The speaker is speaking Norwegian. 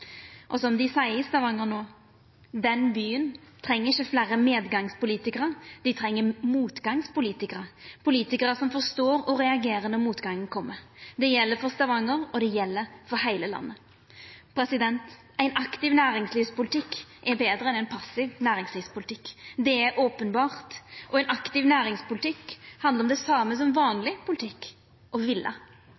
Og som dei seier i Stavanger no: Den byen treng ikkje fleire medgangspolitikarar, dei treng motgangspolitikarar, politikarar som forstår og reagerer når motgangen kjem. Det gjeld for Stavanger, og det gjeld for heile landet. Ein aktiv næringslivspolitikk er betre enn ein passiv næringslivspolitikk – det er openbert – og ein aktiv næringspolitikk handlar om det same som